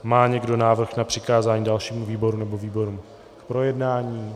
Má někdo návrh na přikázání dalšímu výboru, nebo výborům k projednání?